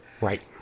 Right